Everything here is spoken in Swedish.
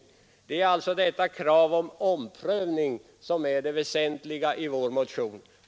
Det är alltså detta krav på omprövning som är det väsentliga i vår motion.